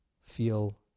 feel